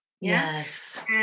Yes